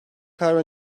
karar